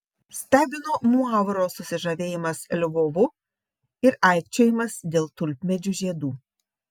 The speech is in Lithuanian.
stebino muavro susižavėjimas lvovu ir aikčiojimas dėl tulpmedžių žiedų